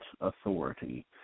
authority